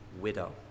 widow